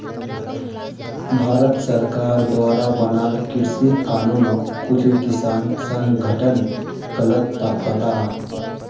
भारत सरकार द्वारा बनाल कृषि कानूनोक कुछु किसान संघठन गलत बताहा